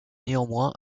néanmoins